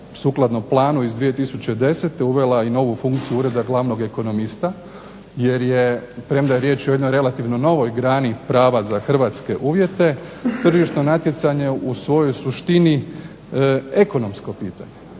sukladno planu iz 2010. uvela i novu funkciju Ureda glavnog ekonomista jer je premda je riječ o jednoj relativno novoj grani prava za hrvatske uvjete tržišno natjecanje u svojoj suštini ekonomsko pitanje,